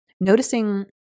noticing